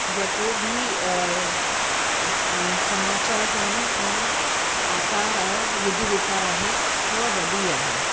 जेको बि समाचार्स आहिनि या आकार आहे विविधता आहे उहा वॾी आहे